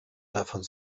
davon